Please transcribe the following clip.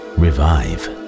revive